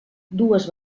dues